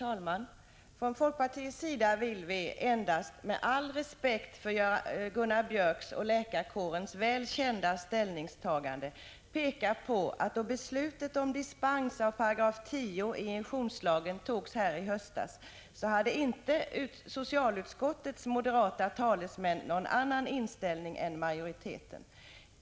Herr talman! Från folkpartiets sida vill vi endast, med all respekt för Gunnar Biörcks i Värmdö och läkarkårens väl kända ställningstagande, peka på att då beslutet om dispens från 10 § injektionslagen fattades här i höstas hade socialutskottets moderata talesmän inte någon annan inställning än majoriteten.